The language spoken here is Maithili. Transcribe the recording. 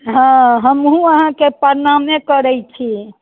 हँ हमहुँ अहाँके प्रणामे करय छी